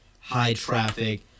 high-traffic